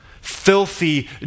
Filthy